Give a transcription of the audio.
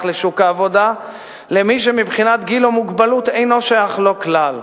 לשוק העבודה למי שמבחינת גיל או מוגבלות אינו שייך לו כלל.